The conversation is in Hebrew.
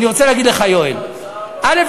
אני רוצה לומר לך, יואל: א.